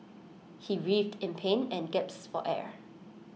he writhed in pain and gasped for air